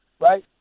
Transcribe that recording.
right